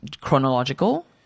chronological